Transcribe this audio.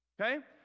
Okay